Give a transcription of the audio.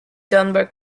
dunbar